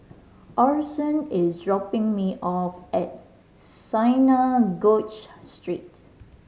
Orson is dropping me off at Synagogue Street